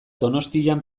donostian